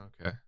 okay